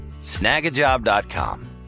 snagajob.com